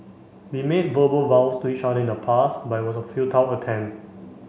we made verbal vows to each other in the past but it was a futile attempt